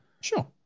sure